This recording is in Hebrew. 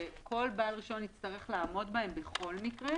שכל בעל רישיון יצטרך לעמוד בהם בכל מקרה,